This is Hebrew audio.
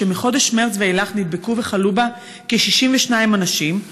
ומחודש מרס ואילך נדבקו וחלו בה כ-62 אנשים.